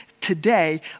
today